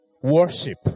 Worship